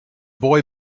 boy